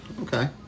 Okay